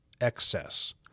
excess